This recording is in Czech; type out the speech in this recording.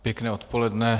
Pěkné odpoledne.